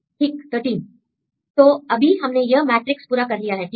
ठीक 13 तो अभी हमने यह मैट्रिक्स पूरा कर लिया है ठीक है